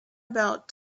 about